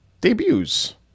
debuts